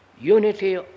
unity